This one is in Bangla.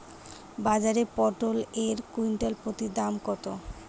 বাজারে পটল এর কুইন্টাল প্রতি দাম কত?